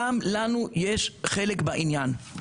גם לנו יש חלק בעניין,